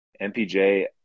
MPJ